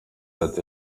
ati